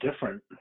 different